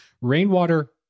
rainwater